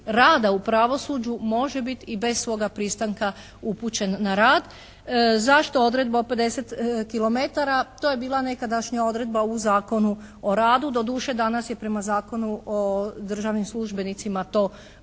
rada u pravosuđu može biti i bez svoga pristanka upućen na rad. Zašto odredba 50 kilometara? To je bila nekadašnja odredba u Zakonu o radu. Doduše, danas je prema Zakonu o državnim službenicima to 100